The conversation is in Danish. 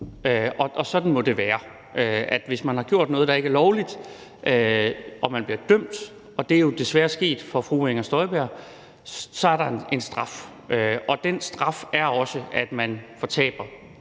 Sådan må det være. Hvis man har gjort noget, der ikke er lovligt, og man bliver dømt, og det er jo desværre sket for fru Inger Støjberg, er der en straf. Den straf er også, at man fortaber